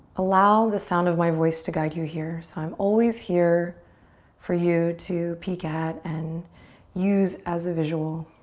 allow the sound of my voice to guide you here. so i'm always here for you to peek at and use as a visual.